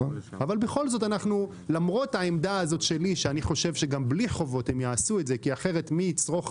אבל למרות העמדה שלי שלדעתי גם בלי חובות הם יעשו את זה כי אחרת מי יצרוך